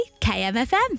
KMFM